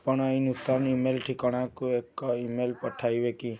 ଆପଣ ଏଇ ନୂତନ ଇ ମେଲ୍ ଠିକଣାକୁ ଏକ ଇ ମେଲ୍ ପଠାଇବେ କି